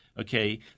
okay